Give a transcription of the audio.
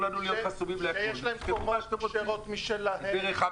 רבנים שיש להן חברות כשרות משלהם,